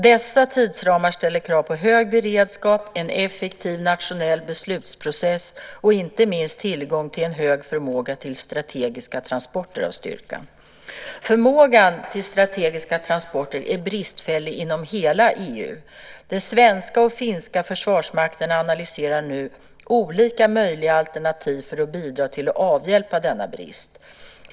Dessa tidsramar ställer krav på hög beredskap, en effektiv nationell beslutsprocess och inte minst tillgång till en hög förmåga till strategiska transporter av styrkan. Förmågan till strategiska transporter är bristfällig inom hela EU. De svenska och finska försvarsmakterna analyserar olika möjliga alternativ för att bidra till att avhjälpa denna brist.